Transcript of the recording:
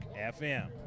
FM